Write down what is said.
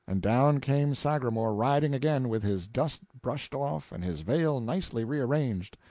and down came sagramor riding again, with his dust brushed off and his veil nicely re-arranged.